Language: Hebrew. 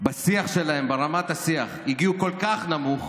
בשיח שלהם, ברמת השיח, הגיעו כל כך נמוך